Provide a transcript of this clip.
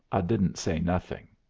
i didn't say nothing.